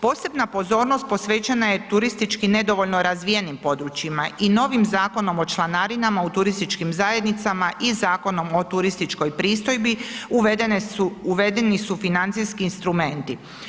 Posebna pozornost posvećena je turistički nedovoljno razvijenim područjima i novim Zakonom o članarinama u turističkim zajednicama i Zakonom o turističkoj pristojbi, uvedeni su financijski instrumenti.